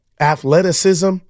athleticism